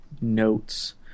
notes